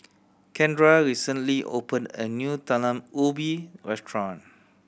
Kendra recently opened a new Talam Ubi restaurant